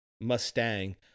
Mustang